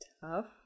Tough